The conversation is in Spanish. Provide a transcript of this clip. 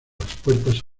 puertas